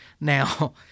Now